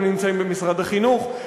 הם נמצאים במשרד החינוך,